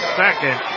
second